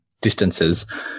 distances